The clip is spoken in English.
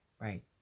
right